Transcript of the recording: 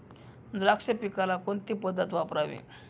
द्राक्ष पिकाला कोणती पद्धत वापरावी?